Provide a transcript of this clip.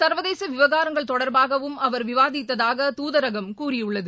சர்வதேச விவகாரங்கள் தொடர்பாகவும் அவர் விவாதித்ததாக தூதரகம் கூறியுள்ளது